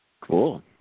Cool